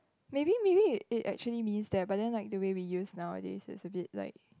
maybe maybe it actually means that but then like the way we use nowadays is a bit like